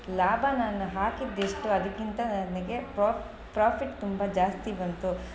ಲಾಭ ನಾನು ಹಾಕಿದ್ದೆಷ್ಟೋ ಅದಕ್ಕಿಂತ ನನಗೆ ಪ್ರಾಫ್ ಪ್ರಾಫಿಟ್ ತುಂಬ ಜಾಸ್ತಿ ಬಂತು